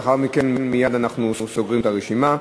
לאחר מכן מייד אנחנו סוגרים את הרשימה.